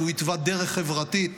הוא התווה דרך חברתית